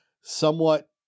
somewhat